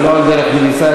ולא על דרך המליצה,